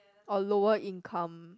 or lower income